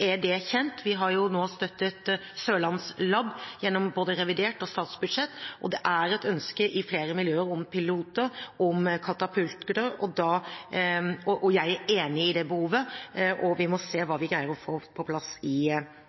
er det kjent. Vi har nå støttet Sørlandslab gjennom både revidert og statsbudsjett, og det er et ønske i flere miljøer om piloter, om katapulter. Jeg er enig i det behovet, og vi må se hva vi greier å få på plass i